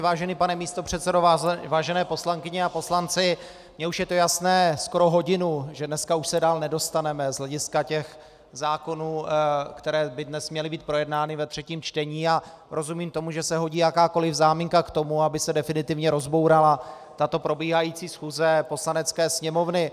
Vážený pane místopředsedo, vážené poslankyně a poslanci, mně už je to jasné skoro hodinu, že dneska už se dál nedostaneme z hlediska těch zákonů, které by dnes měly být projednány ve třetím čtení, a rozumím tomu, že se hodí jakákoliv záminka k tomu, aby se definitivně rozbourala tato probíhající schůze Poslanecké sněmovny.